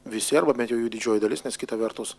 visi arba bent jų didžioji dalis nes kita vertus